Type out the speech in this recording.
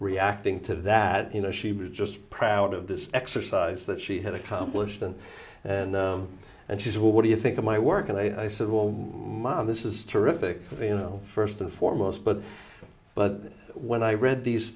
reacting to that you know she was just proud of this exercise that she had accomplished and and and she said well what do you think of my work and i said well this is terrific you know first and foremost but but when i read these